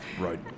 Right